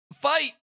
fight